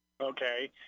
Okay